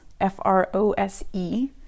F-R-O-S-E